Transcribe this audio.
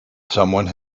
someone